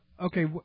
okay